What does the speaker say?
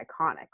iconic